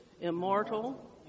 immortal